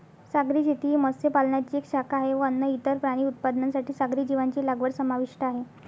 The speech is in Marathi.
सागरी शेती ही मत्स्य पालनाची एक शाखा आहे व अन्न, इतर प्राणी उत्पादनांसाठी सागरी जीवांची लागवड समाविष्ट आहे